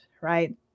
right